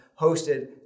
hosted